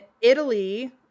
Italy